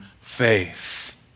faith